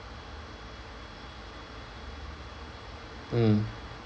mm